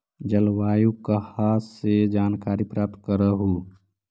जलवायु कहा से जानकारी प्राप्त करहू?